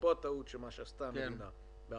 ופה הטעות שעשתה המדינה,